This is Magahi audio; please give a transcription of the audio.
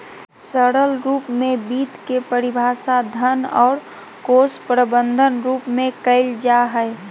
सरल रूप में वित्त के परिभाषा धन और कोश प्रबन्धन रूप में कइल जा हइ